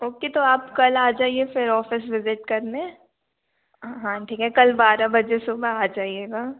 ओ के तो आप कल आ जाईए फिर ऑफिस विज़िट करने हाँ ठीक है कल बारह बजे सुबह आ जाईएगा